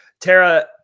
Tara